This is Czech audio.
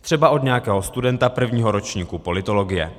Třeba od nějakého studenta prvního ročníku politologie.